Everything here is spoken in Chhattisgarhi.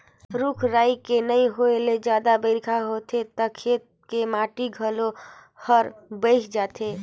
रूख राई के नइ होए ले जादा बइरखा होथे त खेत के माटी घलो हर बही जाथे